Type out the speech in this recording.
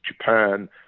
Japan